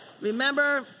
Remember